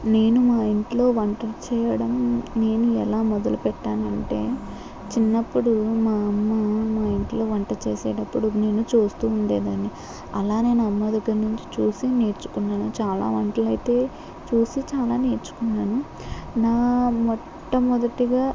నేను మా ఇంట్లో వంట చేయడం నేను ఎలా మొదలు పెట్టాను అంటే చిన్నప్పుడు మా అమ్మ మా ఇంట్లో వంట చేసేటప్పుడు నేను చూస్తూ ఉండేదాన్ని అలా నేను అమ్మ దగ్గర నుంచి చూసి నేర్చుకున్నాను చాలా వంటలు అయితే చూసి చాలా నేర్చుకున్నాను నా మొట్టమొదటిగా